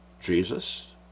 Jesus